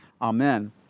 Amen